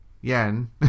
yen